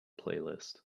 playlist